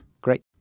Great